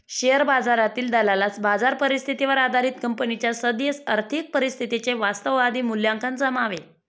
share बाजारातील दलालास बाजार परिस्थितीवर आधारित कंपनीच्या सद्य आर्थिक परिस्थितीचे वास्तववादी मूल्यांकन जमावे